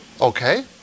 Okay